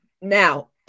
Now